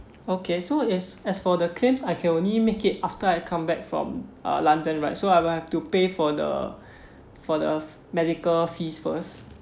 okay so as as for the claims I can only make it after I come back from um london right so I will have to pay for the for the medical fees first